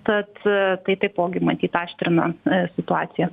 tad tai taipogi matyt aštrina situaciją